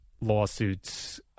Lawsuits